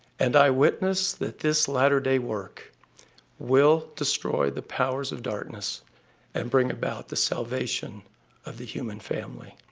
and i witness that this latter-day work will destroy the powers of darkness and bring about the salvation of the human family.